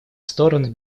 стороны